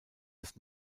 des